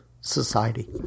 society